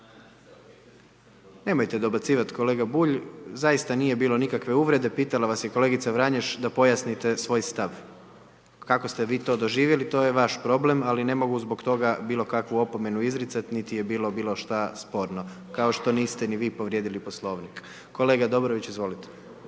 Nemojte dobacivat kolega Bulj, zaista nije bilo nikakve uvrede pitala vas je kolegica Vranješ da pojasnite svoj stav, kako ste vi to doživjeli, to je vaš problem, ali ne mogu zbog toga bilo kakvu opomenu izricat nit je bilo bilo šta sporno. Kao što niste ni vi povrijedili Poslovnik. Kolega Dobrović, izvolite.